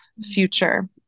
future